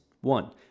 One